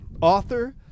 Author